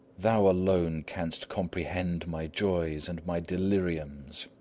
thou alone canst comprehend my joys and my deliriums.